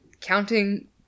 counting